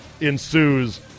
ensues